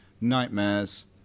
nightmares